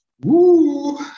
woo